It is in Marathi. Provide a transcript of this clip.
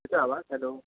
येतो आहे आवाज हॅलो